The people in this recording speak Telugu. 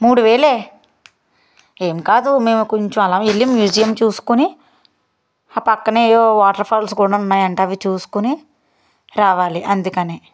మూడువేలు ఏంకాదు మేము కొంచెం అలా వెళ్ళి మ్యూజియం చూసుకొని ఆ పక్కనే ఏదో వాటర్ ఫాల్స్ కూడా ఉన్నాయంట అవి చూసుకొని రావాలి అందుకని